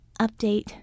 update